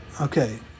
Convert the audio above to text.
okay